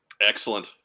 Excellent